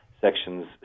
Sections